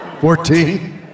Fourteen